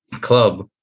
club